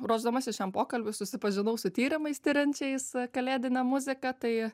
ruošdamasi šiam pokalbiui susipažinau su tyrimais tiriančiais kalėdinę muziką tai